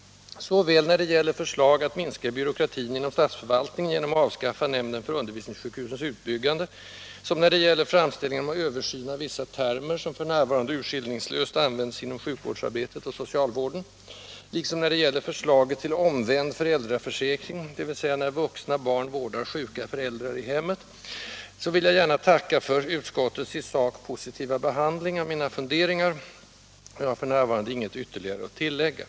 Såväl när det gäller förslag om att minska byråkratin inom statsförvaltningen genom att avskaffa nämnden för undervisningssjukhusens utbyggande som när det gäller framställningen om översyn av vissa termer, som f. n. urskillningslöst används inom sjukvårdsarbetet och socialvården, liksom när det gäller förslaget till ”omvänd” föräldraförsäkring — dvs. när vuxna ”barn” vårdar sjuka föräldrar i hemmet — vill jag gärna tacka för utskottets i sak positiva behandling av mina funderingar och har f. n. ingenting ytterligare att tillägga.